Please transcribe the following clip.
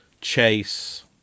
chase